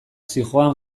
zihoan